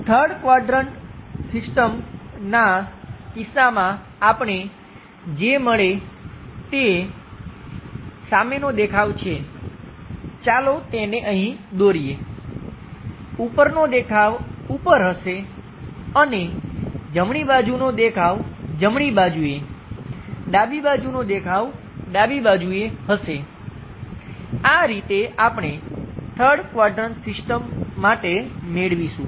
3rd quadrant સિસ્ટમના કિસ્સામાં આપણને જે મળે તે ફ્રન્ટ વ્યૂ છે ચાલો તેને અહીં દોરીએ ઉપરનો દેખાવ ઉપર હશે અને જમણી બાજુનો દેખાવ જમણી બાજુએ ડાબી બાજુનો દેખાવ ડાબી બાજુએ હશે આ રીતે આપણે 3rd ક્વાડ્રંટ સિસ્ટમ માટે મેળવીશું